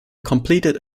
completed